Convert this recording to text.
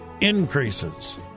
increases